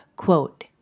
Quote